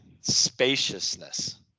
spaciousness